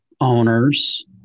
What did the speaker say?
owners